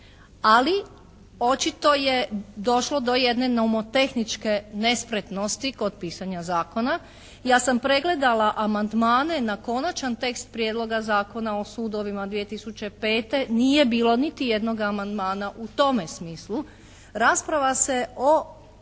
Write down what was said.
Ali očito je došlo do jedne nomotehničke nespretnosti kod pisanja zakona. Ja sam pregledala amandmane na konačan tekst prijedloga Zakona o sudovima 2005. nije bilo niti jednog amandmana u tome smislu. Rasprava se o